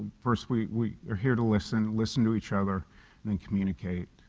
first we we are here to listen, listen to each other and communicate.